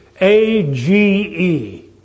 A-G-E